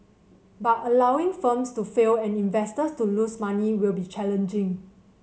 but allowing firms to fail and investors to lose money will be challenging